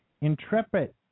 Intrepid